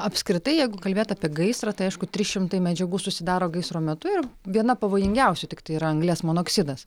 apskritai jeigu kalbėt apie gaisrą tai aišku trys šimtai medžiagų susidaro gaisro metu ir viena pavojingiausių tiktai yra anglies monoksidas